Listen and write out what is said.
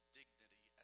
dignity